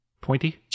pointy